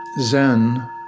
Zen